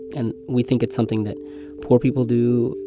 and we think it's something that poor people do,